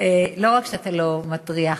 לא רק שאתה לא מטריח,